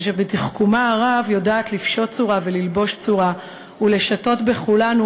ושבתחכומה הרב יודעת לפשוט צורה וללבוש צורה ולשטות בכולנו,